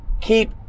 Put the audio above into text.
keep